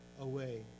away